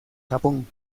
japón